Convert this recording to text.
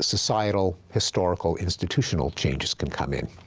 societal, historical, institutional changes can come in.